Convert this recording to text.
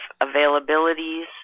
availabilities